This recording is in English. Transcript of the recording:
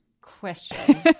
question